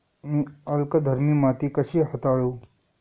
मी अल्कधर्मी माती कशी हाताळू?